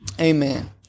Amen